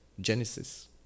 Genesis